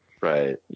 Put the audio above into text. Right